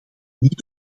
niet